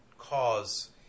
cause